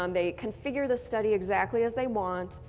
um they configure the study exactly as they want,